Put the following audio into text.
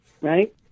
Right